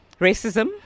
racism